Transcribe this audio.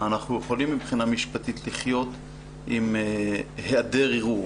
אנחנו יכולים מבחינה משפטית לחיות עם היעדר ערעור,